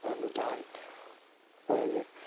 अनुदान पर